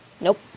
Nope